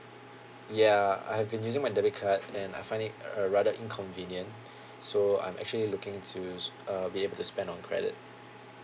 ya I have been using my debit card and I find it err rather inconvenient so I'm actually looking to uh be able to spend on credit